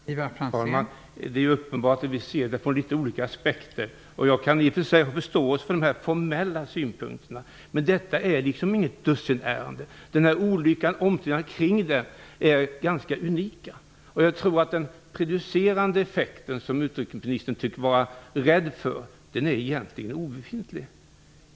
Fru talman! Det är uppenbart att vi ser saken från olika aspekter. Jag kan i och för sig förstå de formella synpunkterna, men detta är inget dussinärende. Den här olyckan och omständigheterna omkring den är ganska unika. Jag tror att den prejudicerande effekten som utrikesministern tycks vara rädd för egentligen är obefintlig.